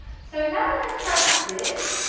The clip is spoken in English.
so now let's practice this